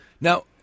Now